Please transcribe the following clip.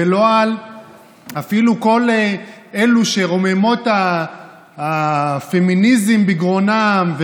ואפילו כל אלה שרוממות הפמיניזם בגרונן,